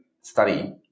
study